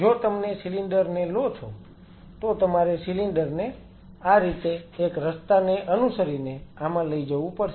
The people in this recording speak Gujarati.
જો તમે સિલિન્ડર ને લો છો તો તમારે સિલિન્ડર ને આ રીતે એક રસ્તાને અનુસરીને આમાં લઈ જવું પડશે